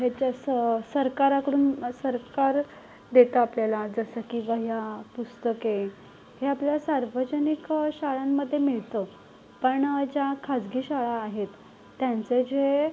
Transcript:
ह्याच्या सरकारकडून सरकार देतं आपल्याला जसं की वह्या पुस्तके हे आपल्याला सार्वजनिक शाळांमध्ये मिळतं पण ज्या खासगी शाळा आहेत त्यांचं जे